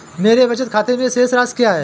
मेरे बचत खाते में शेष राशि क्या है?